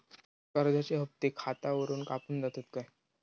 कर्जाचे हप्ते खातावरून कापून जातत काय?